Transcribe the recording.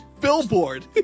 billboard